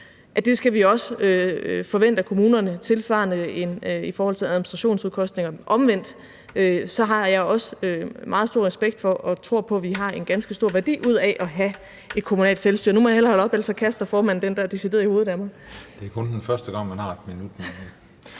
det skal vi også forvente at kommunerne tilsvarende gør i forhold til administrationsomkostningerne. På den anden side har jeg også meget stor respekt for og tror på, at vi får en ganske stor værdi ud af at have et kommunalt selvstyre. Nu må jeg hellere holde op, ellers kaster formanden decideret den der i hovedet på mig. Kl. 18:07 Den fg. formand (Christian